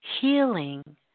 Healing